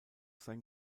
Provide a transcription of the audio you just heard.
sein